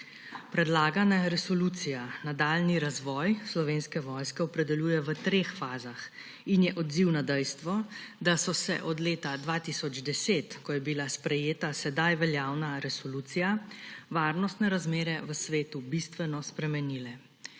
Predlagana resolucija nadaljnji razvoj Slovenske vojske opredeljuje v treh fazah in je odziv na dejstvo, da so se od leta 2010, ko je bila sprejeta sedaj veljavna resolucija, varnostne razmere v svetu bistveno spremenile.